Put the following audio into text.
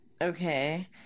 okay